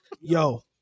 Yo